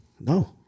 no